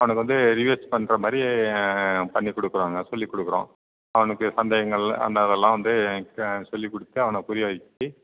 அவனுக்கு வந்து ரிவைஸ் பண்ணுற மாதிரி பண்ணிக் கொடுக்குறோங்க சொல்லிக் கொடுக்குறோம் அவனுக்கு சந்தேகங்கள் அந்த அதெல்லாம் வந்து சொல்லிக் கொடுத்து அவனை புரிய வெச்சி